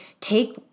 take